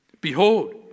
Behold